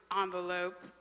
envelope